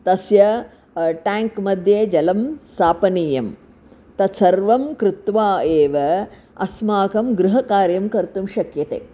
तस्य टेङ्क्मध्ये जलं स्थापनीयं तत्सर्वं कृत्वा एव अस्माकं गृहकार्यं कर्तुं शक्यते